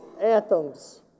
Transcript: anthems